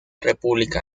república